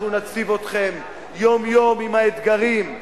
אנחנו נציב אתכם יום-יום עם האתגרים,